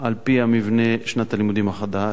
על-פי מבנה שנת הלימודים החדש,